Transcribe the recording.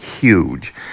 huge